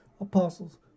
apostles